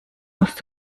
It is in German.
musst